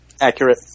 Accurate